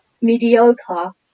mediocre